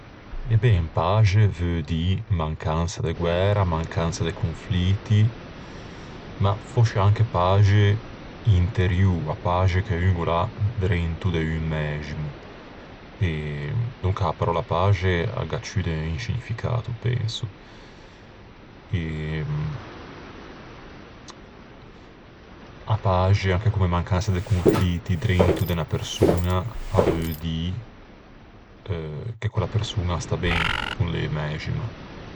E ben, paxe veu dî mancansa de guæri, mancansa de confliti, ma fòscia anche paxe interiô, a paxe che un o l'à drento de un mæximo. Donca a paròlla paxe a gh'à ciù de un scignificato, penso. A paxe anche comme mancansa de confliti drento de unna persoña a veu dî che quella persoña a stà ben con lê mæxima.